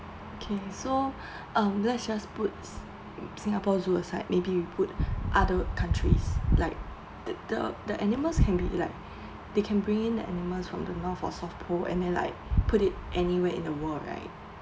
okay so um let's just put singapore zoo aside maybe we put other countries like the the the animals can be like they can bring the animals like from north or south pole and they like put it anywhere in the world right